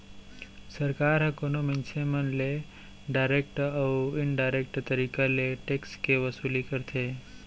सरकार ह कोनो मनसे मन ले डारेक्ट अउ इनडारेक्ट तरीका ले टेक्स के वसूली करथे